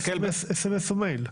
סמס או מייל.